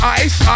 ice